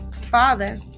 Father